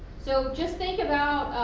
so just think about,